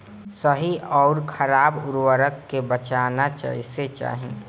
सही अउर खराब उर्बरक के पहचान कैसे होई?